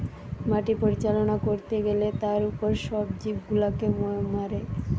মাটি পরিচালনা করতে গ্যালে তার উপর সব জীব গুলাকে মারে